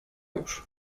już